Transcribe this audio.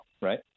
right